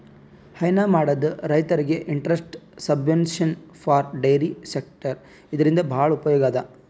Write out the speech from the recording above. ಹೈನಾ ಮಾಡದ್ ರೈತರಿಗ್ interest subvention for dairy sector ಇದರಿಂದ್ ಭಾಳ್ ಉಪಯೋಗ್ ಅದಾ